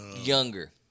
younger